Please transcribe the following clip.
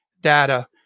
data